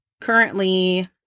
currently